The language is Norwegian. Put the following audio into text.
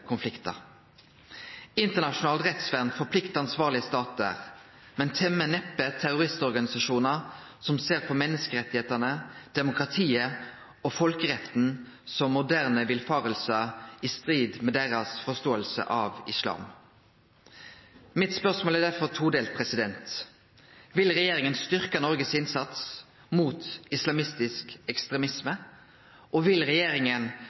konfliktar. Internasjonalt rettsvern forpliktar ansvarlege statar, men temmer neppe terroristorganisasjonar som ser på menneskerettane, demokratiet og folkeretten som moderne villfaringar i strid med deira forståing av islam. Spørsmålet mitt er derfor todelt: Vil regjeringa styrkje Noregs innsats mot islamistisk ekstremisme, og vil regjeringa